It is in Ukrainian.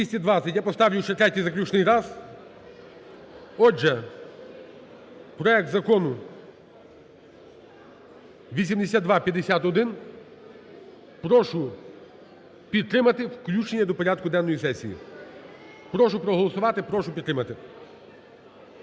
Я поставлю ще третій, заключний раз. Отже, проект Закону 8251 прошу підтримати включення до порядку денного сесії. Прошу проголосувати. Прошу підтримати.